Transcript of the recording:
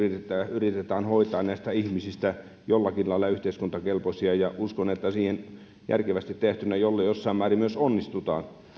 yritetään hoitaa näistä ihmisistä jollakin lailla yhteiskuntakelpoisia uskon että siinä järkevästi tehtynä jossain määrin myös onnistutaan